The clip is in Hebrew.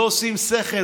לא עושים שכל,